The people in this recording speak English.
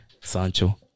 Sancho